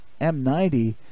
M90